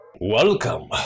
Welcome